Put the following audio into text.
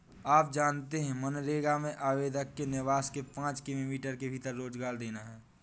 आप जानते है मनरेगा में आवेदक के निवास के पांच किमी के भीतर रोजगार देना है?